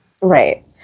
Right